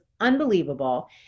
unbelievable